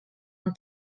non